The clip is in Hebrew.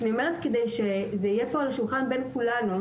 אני אומרת כדי שזה יהיה פה על השולחן בין כולנו.